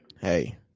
hey